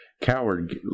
coward